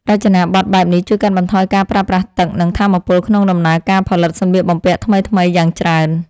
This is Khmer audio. រចនាប័ទ្មបែបនេះជួយកាត់បន្ថយការប្រើប្រាស់ទឹក និងថាមពលក្នុងដំណើរការផលិតសម្លៀកបំពាក់ថ្មីៗយ៉ាងច្រើន។